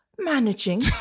Managing